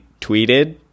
tweeted